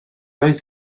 oedd